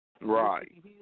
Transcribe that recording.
right